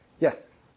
Yes